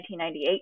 1998